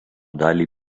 dalį